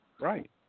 Right